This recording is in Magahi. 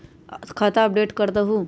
खाता अपडेट करदहु?